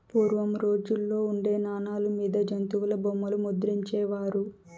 పూర్వం రోజుల్లో ఉండే నాణాల మీద జంతుల బొమ్మలు ముద్రించే వారు